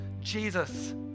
Jesus